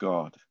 God